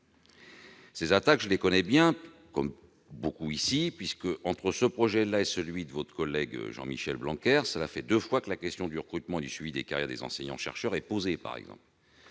Ces attaques, je les connais bien, comme beaucoup d'entre nous. Entre ce projet de loi et celui de votre collègue Jean-Michel Blanquer, c'est la deuxième fois que la question du recrutement et du suivi des carrières des enseignants-chercheurs est posée, par exemple.